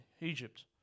Egypt